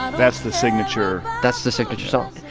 ah that's the signature. that's the signature song.